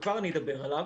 וכבר אני אדבר עליו